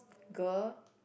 girl